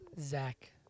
Zach